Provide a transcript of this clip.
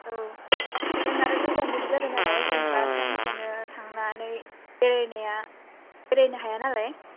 औ जों आरो गोजाननिबो जाबाय नालाय जेन'बा सानसेनो थांनानै बेरायनाया बेरायनो हाया नालाय